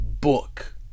book